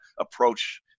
approach